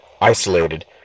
isolated